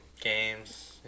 Games